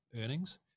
earnings